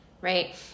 right